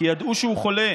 כי ידעו שהוא חולה,